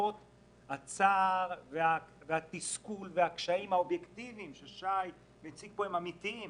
הצער והתסכול והקשיים האובייקטיבים ששי הציג פה הם אמיתיים,